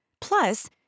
Plus